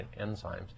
enzymes